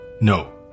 No